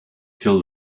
till